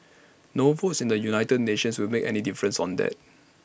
no votes in the united nations will make any difference on that